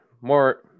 more